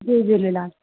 Jay Jhulelal